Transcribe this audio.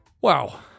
Wow